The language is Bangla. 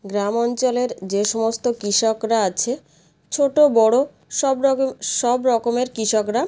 গ্রাম অঞ্চলের যে সমস্ত কৃষকরা আছে ছোটো বড় সব রকম সব রকমের কৃষকরা